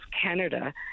Canada